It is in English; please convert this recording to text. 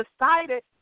decided